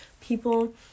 people